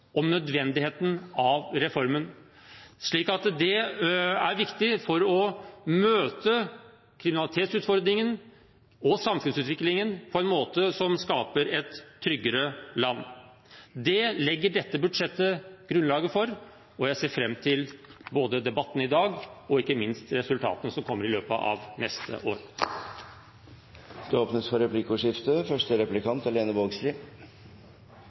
om nødvendigheten av reformen. Det er viktig for å møte kriminalitetsutfordringen og samfunnsutviklingen på en måte som skaper et tryggere land. Det legger dette budsjettet grunnlaget for, og jeg ser fram til både debatten i dag og ikke minst resultatene som kommer i løpet av neste år. Det blir replikkordskifte. Me i justiskomiteen er